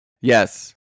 Yes